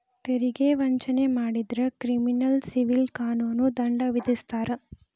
ತೆರಿಗೆ ವಂಚನೆ ಮಾಡಿದ್ರ ಕ್ರಿಮಿನಲ್ ಸಿವಿಲ್ ಕಾನೂನು ದಂಡ ವಿಧಿಸ್ತಾರ